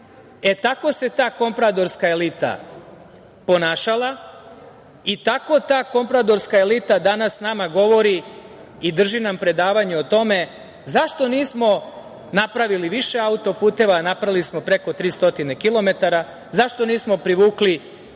Tako se ta kompradorska elita ponašala i tako ta kompradorska elita danas nama govori i drži nam predavanje o tome zašto nismo napravili više autoputeva, napravili smo preko 300 kilometara, zašto nismo privukli